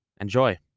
Enjoy